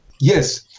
Yes